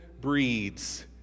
breeds